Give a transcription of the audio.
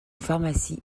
pharmacie